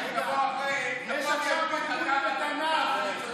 יש עכשיו בגרות בתנ"ך.